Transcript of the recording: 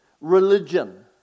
Religion